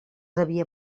havia